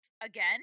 again